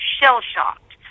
shell-shocked